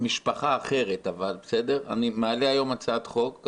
ממשפחה אחרת אני מעלה היום הצעת חוק.